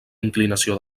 inclinació